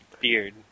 beard